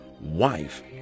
wife